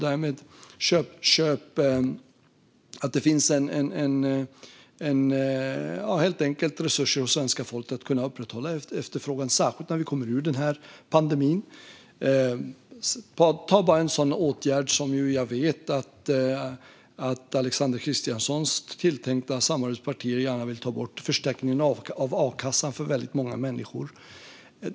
Det ska helt enkelt finnas resurser hos svenska folket att kunna upprätthålla efterfrågan. Det gäller särskilt när vi kommer ur pandemin. Ta bara en sådan åtgärd som jag vet att Alexander Christianssons tilltänkta samarbetspartier gärna vill ta bort, förstärkningen av a-kassan för väldigt många människor.